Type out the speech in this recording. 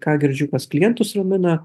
ką girdžiu pas klientus ramina